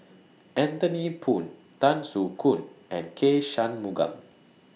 Anthony Poon Tan Soo Khoon and K Shanmugam